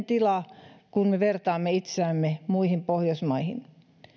tila kun me vertaamme itseämme muihin pohjoismaihin